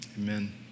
Amen